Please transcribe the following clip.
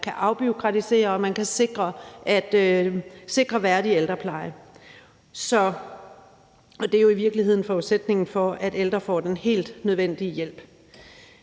kan afbureaukratisere og sikre værdig ældrepleje. Og det er jo i virkeligheden forudsætningen for, at ældre får den helt nødvendige hjælp.